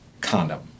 condom